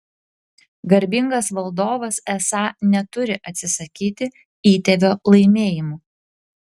garbingas valdovas esą neturi atsisakyti įtėvio laimėjimų